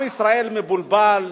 עם ישראל מבולבל,